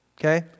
okay